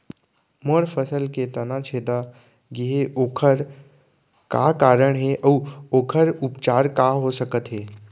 मोर फसल के तना छेदा गेहे ओखर का कारण हे अऊ ओखर उपचार का हो सकत हे?